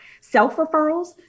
self-referrals